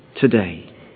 today